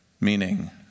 Meaning